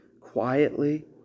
quietly